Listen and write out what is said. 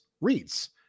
reads